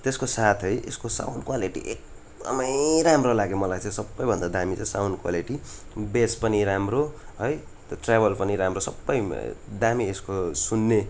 त्यसको साथै यसको साउन्ड क्वालिटी एकदमै राम्रो लाग्यो मलाई चाहिँ सबैभन्दा दामी चाहिँ साउन्ड क्वालिटी बेस पनि राम्रो है ट्र्याभल पनि राम्रो सबै दामी यसको सुन्ने